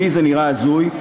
לי זה נראה הזוי.